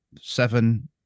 seven